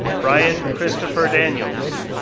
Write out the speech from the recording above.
brian christopher daniels,